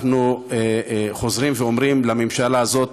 אנחנו חוזרים ואומרים: לממשלה הזאת